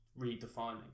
redefining